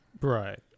Right